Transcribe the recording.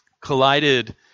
collided